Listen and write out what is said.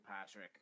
Patrick